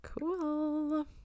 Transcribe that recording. Cool